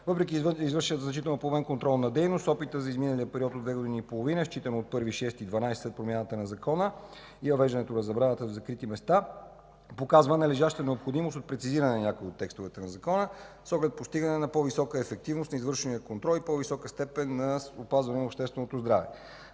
Въпреки извършената значителна по обем контролна дейност, опитът през изминалия период от две години и половина, считано от 1 юни 2012 г., след промяната на Закона за здравето и въвеждането на забраната за закрити места показва належаща необходимост от прецизиране на някои от текстовете на Закона, с оглед постигане на по-висока ефективност на извършвания контрол и по-висока степен на опазване на общественото здраве.